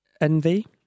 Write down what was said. Envy